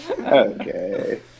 okay